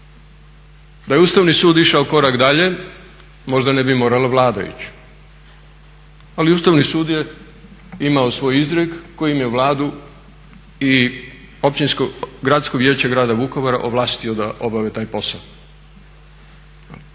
Da je Ustavni sud išao korak dalje možda ne bi morala Vlada ići. Ali Ustavni sud je imao svoj izrijek kojim je Vladu i Gradsko vijeće grada Vukovara ovlastio da obave taj posao.